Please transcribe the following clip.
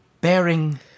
bearing